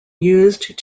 used